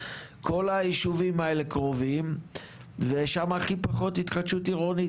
כל הישובים האלה קרובים ושם הכי פחות התחדשות עירונית,